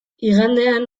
igandean